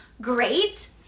Great